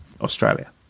Australia